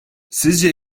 sizce